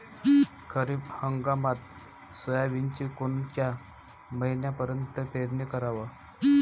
खरीप हंगामात सोयाबीनची कोनच्या महिन्यापर्यंत पेरनी कराव?